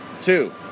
Two